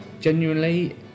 genuinely